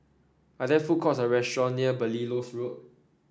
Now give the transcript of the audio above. are there food courts or restaurant near Belilios Road